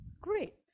great